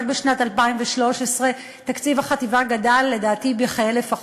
רק בשנת 2013 תקציב החטיבה גדל לדעתי בכ-1,000%,